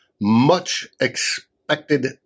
much-expected